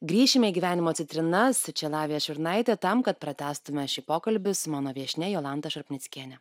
grįšime į gyvenimo citrinas čia lavija šiurnaitė tam kad pratęstume šį pokalbį su mano viešnia jolanta šarpnickiene